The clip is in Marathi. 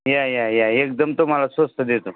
या या या एकदम तुम्हाला स्वस्त देतो